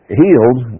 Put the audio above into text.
healed